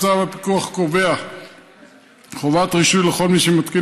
הפיקוח קובע חובת רישוי לכל מי שמתקין